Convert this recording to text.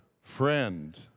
Friend